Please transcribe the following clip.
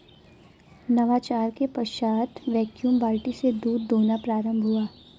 नवाचार के पश्चात वैक्यूम बाल्टी से दूध दुहना प्रारंभ हुआ